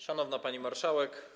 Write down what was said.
Szanowna Pani Marszałek!